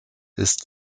ist